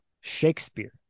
Shakespeare